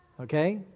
okay